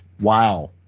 Wow